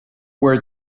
were